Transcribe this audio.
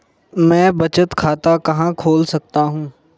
मैं बचत खाता कहां खोल सकता हूँ?